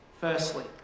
firstly